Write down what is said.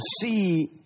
see